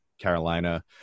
Carolina